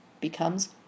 becomes